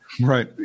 Right